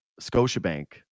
Scotiabank